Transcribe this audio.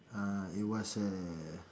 uh it was a